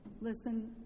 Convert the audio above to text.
Listen